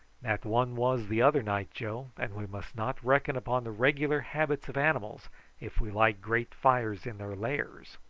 that one was the other night, joe, and we must not reckon upon the regular habits of animals if we light great fires in their lairs.